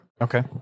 Okay